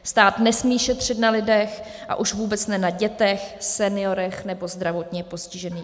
Stát nesmí šetřit na lidech a už vůbec ne na dětech, seniorech nebo zdravotně postižených.